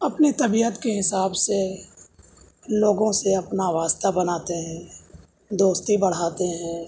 اپنی طبیعت کے حساب سے لوگوں سے اپنا واسطہ بناتے ہیں دوستی بڑھاتے ہیں